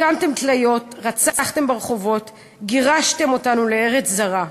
הקימותם תליות, רצחתם ברחובות, גירשתם לארץ גזירה.